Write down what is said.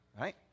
right